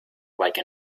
like